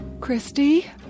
Christy